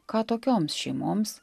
ką tokioms šeimoms